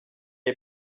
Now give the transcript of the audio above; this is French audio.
est